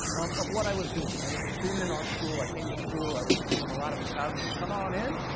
um of what i was doing. i was a student in art school, i came to school, i was doing a lot of photography. come on in!